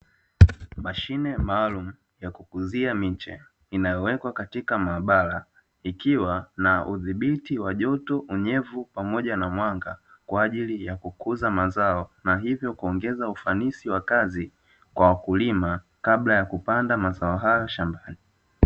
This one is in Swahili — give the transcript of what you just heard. Mashine maalumu ya kukuzia miche inayowekwa katika maabara ikiwa na udhibiti wa joto, unyevu pamoja na mwanga kwa ajili ya kukuza mazao. Na hivyo kuongeza ufanisi wa kazi kwa wakulima kabla ya kupanda mazao hayo shambani.